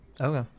okay